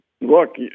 look